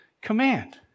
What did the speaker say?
command